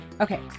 Okay